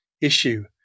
issue